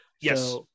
yes